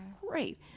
great